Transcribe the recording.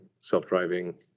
self-driving